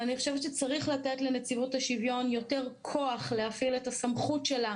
אני חושבת שצריך לתת לנציבות השוויון יותר כוח להפעיל את הסמכות שלה.